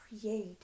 create